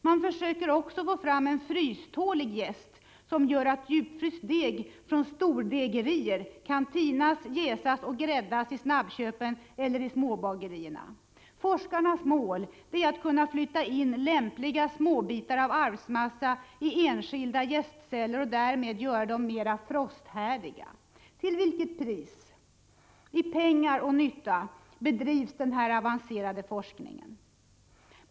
Man försöker också få fram en frystålig jäst som gör att djupfryst deg från ”stordegerier” kan tinas, jäsas och gräddas i snabbköpen eller i småbagerierna. Forskarnas mål är att kunna flytta in lämpliga småbitar av arvsmassa i enskilda jästceller och därmed göra dem mera frosthärdiga. Till vilket pris, i pengar och nytta, bedrivs denna avancerade forskning?